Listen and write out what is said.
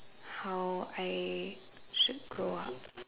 how I should grow up